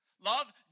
Love